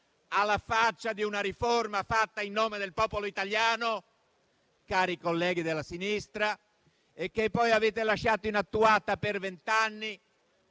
alla faccia di una riforma fatta in nome del popolo italiano, cari colleghi della sinistra! Riforma che poi avete lasciato inattuata per vent'anni,